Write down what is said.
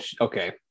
okay